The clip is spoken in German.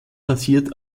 basiert